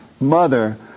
mother